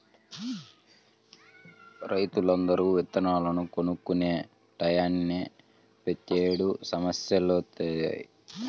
రైతులందరూ ఇత్తనాలను కొనుక్కునే టైయ్యానినే ప్రతేడు సమస్యలొత్తన్నయ్